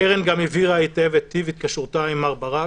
הקרן גם הבהירה היטב את טיב התקשרותה עם מר ברק